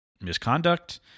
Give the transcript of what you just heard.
misconduct